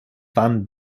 van